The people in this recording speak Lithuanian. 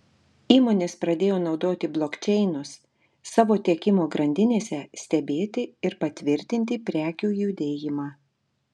įmonės pradėjo naudoti blokčeinus savo tiekimo grandinėse stebėti ir patvirtinti prekių judėjimą